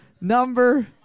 number